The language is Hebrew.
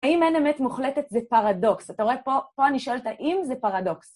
האם אין אמת מוחלטת זה פרדוקס, אתה רואה פה, פה אני שואלת האם זה פרדוקס?